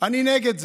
אני נגד זה.